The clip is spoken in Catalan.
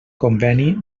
conveni